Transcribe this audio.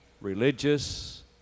religious